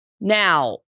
Now